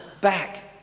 back